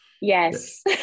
Yes